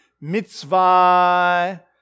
mitzvah